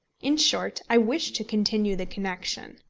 in short, i wished to continue the connection.